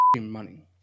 money